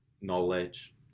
knowledge